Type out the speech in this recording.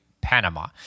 Panama